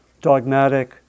dogmatic